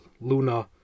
Luna